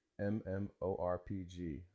MMORPG